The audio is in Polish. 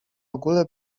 ogóle